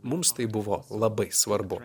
mums tai buvo labai svarbu